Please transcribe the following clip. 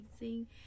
amazing